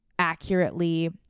accurately